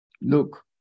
Look